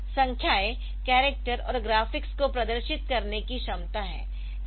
इसमें संख्याए करैक्टर और ग्राफिक्स को प्रदर्शित करने की क्षमता है